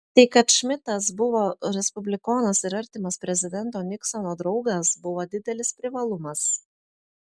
tai kad šmidtas buvo respublikonas ir artimas prezidento niksono draugas buvo didelis privalumas